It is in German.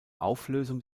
auflösung